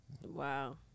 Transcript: Wow